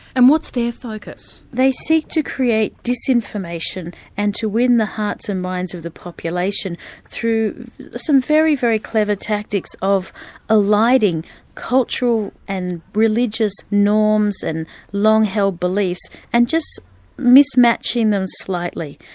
and what's their focus? they seek to create disinformation and to win the hearts and minds of the population through some very, very clever tactics of eliding cultural and religious norms and long-held beliefs, and just mismatching them slightly.